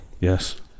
Yes